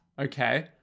Okay